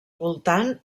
voltant